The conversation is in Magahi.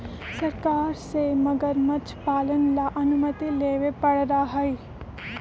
सरकार से मगरमच्छ पालन ला अनुमति लेवे पडड़ा हई